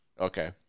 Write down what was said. Okay